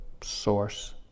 source